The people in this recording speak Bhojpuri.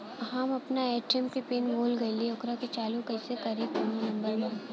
हम अपना ए.टी.एम के पिन भूला गईली ओकरा के चालू कइसे करी कौनो नंबर बा?